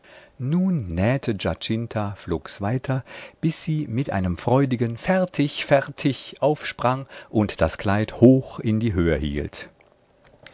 nun nähte giacinta flugs weiter bis sie mit einem freudigen fertig fertig aufsprang und das kleid hoch in die höhe hielt